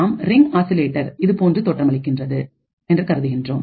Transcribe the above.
நாம் ரிங் ஆக்சிலேட்டர்இது போன்று தோற்றமளிக்கின்றது என்று கருதுகின்றோம்